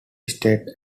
state